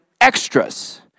extras